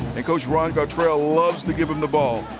and coach ron gartrell loves to give him the ball.